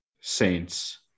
saints